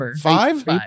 Five